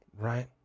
Right